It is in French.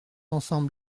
ensemble